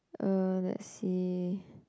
uh let's see